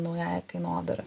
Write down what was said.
naująja kainodara